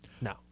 No